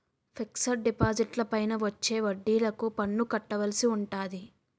fixed డిపాజిట్లపైన వచ్చే వడ్డిలకు పన్ను కట్టవలసి ఉంటాది